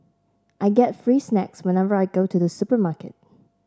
I get free snacks whenever I go to the supermarket